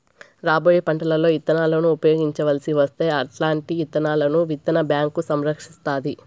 రాబోయే పంటలలో ఇత్తనాలను ఉపయోగించవలసి వస్తే అల్లాంటి విత్తనాలను విత్తన బ్యాంకు సంరక్షిస్తాది